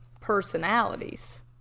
personalities